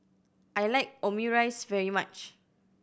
I like Omurice very much